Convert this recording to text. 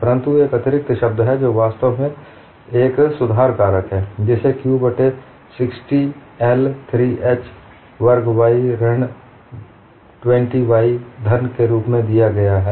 परंतु एक अतिरिक्त शब्द है जो वास्तव में एक सुधार कारक है जिसे q बट्टे 60I 3h वर्ग y ऋण 20y घन के रूप में दिया जाता है